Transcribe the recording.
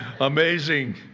amazing